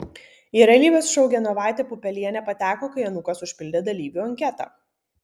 į realybės šou genovaitė pupelienė pateko kai anūkas užpildė dalyvių anketą